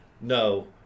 no